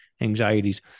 anxieties